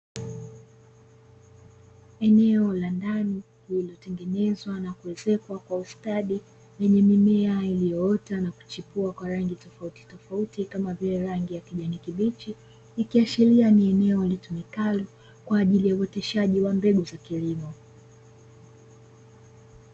Eneo la ndani linatengenezwa na kuwezekwa kwa ustadi lenye mimea yoyote na kuchukua kwa rangi tofautitofauti kama vile rangi ya kijani kibichi, ikiashiria ni eneo litumikalo kwa ajili ya uoteshaji wa mbegu za kilimo.